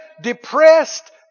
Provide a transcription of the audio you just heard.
depressed